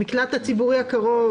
המקלט הציבורי הקרוב.